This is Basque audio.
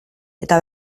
eta